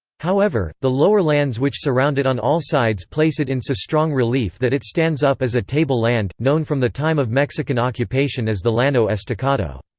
however, the lower lands which surround it on all sides place it in so strong relief that it stands up as a table-land, known from the time of mexican occupation as the llano estacado.